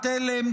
התלם,